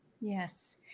Yes